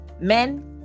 men